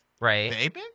right